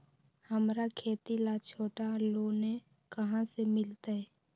हमरा खेती ला छोटा लोने कहाँ से मिलतै?